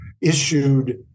issued